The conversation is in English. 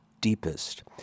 deepest